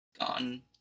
gone